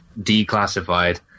declassified